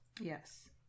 Yes